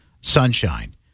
sunshine